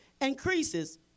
increases